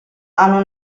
hanno